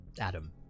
Adam